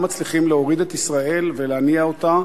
מצליחים להוריד את ישראל ולהניע אותה